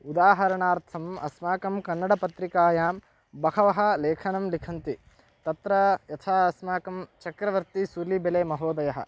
उदाहरणार्थम् अस्माकं कन्नडपत्रिकायां बहवः लेखनं लिखन्ति तत्र यथा अस्माकं चक्रवर्तीसुलीबेले महोदयः